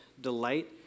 delight